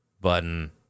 button